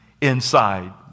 inside